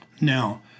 Now